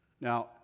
Now